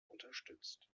unterstützt